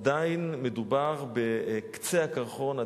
עדיין מדובר בקצה הקרחון.